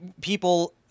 people